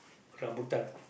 rambutan